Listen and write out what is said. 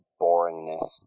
boringness